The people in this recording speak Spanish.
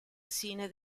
cine